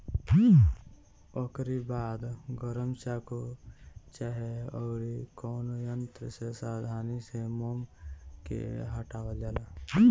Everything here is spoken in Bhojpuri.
ओकरी बाद गरम चाकू चाहे अउरी कवनो यंत्र से सावधानी से मोम के हटावल जाला